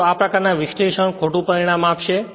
પરંતુ આ પ્રકારનું વિશ્લેષણ ખોટું પરિણામ આપશે